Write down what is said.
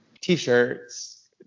t-shirts